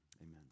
amen